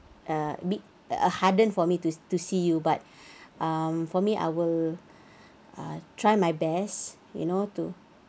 uh big uh harder for me to to see you but um for me I will ah I try my best you know to